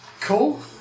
Cool